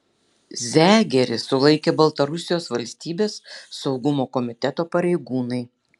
zegerį sulaikė baltarusijos valstybės saugumo komiteto pareigūnai